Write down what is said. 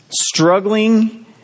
struggling